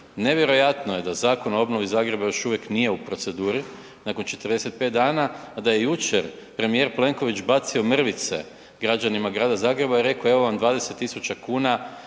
Nevjerojatno je da zakon o obnovi Zagreba još uvijek nije u proceduri nakon 45 dana, a da je jučer premijer Plenković bacio mrvice građanima grada Zagreba i rekao evo vam 20.000 kuna